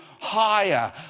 higher